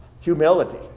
Humility